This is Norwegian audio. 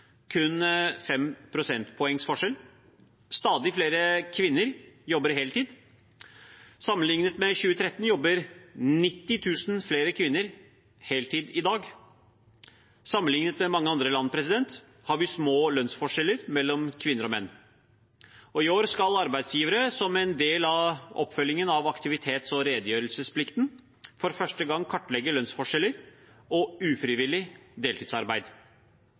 kun 5 prosentpoeng forskjell. Stadig flere kvinner jobber heltid. Sammenlignet med 2013 jobber 90 000 flere kvinner heltid i dag. Sammenlignet med mange andre land har vi små lønnsforskjeller mellom kvinner og menn. I år skal arbeidsgivere, som en del av oppfølgingen av aktivitets- og redegjørelsesplikten, for første gang kartlegge lønnsforskjeller og ufrivillig deltidsarbeid.